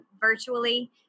virtually